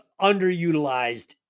underutilized